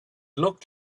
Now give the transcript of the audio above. looked